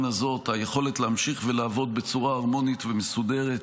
הזאת היכולת להמשיך ולעבוד בצורה הרמונית ומסודרת